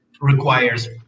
requires